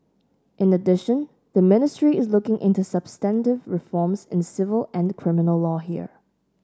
in addition the ministry is looking into substantive reforms in civil and criminal law here